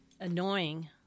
annoying